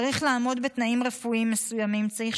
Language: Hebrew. צריך לעמוד בתנאים רפואיים מסוימים: צריך